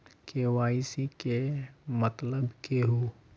KYC के मतलब केहू?